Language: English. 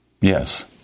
Yes